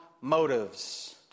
motives